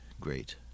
great